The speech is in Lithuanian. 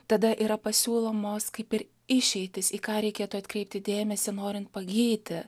tada yra pasiūlomos kaip ir išeitys į ką reikėtų atkreipti dėmesį norint pagyti